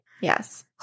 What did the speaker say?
Yes